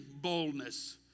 boldness